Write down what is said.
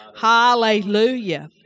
Hallelujah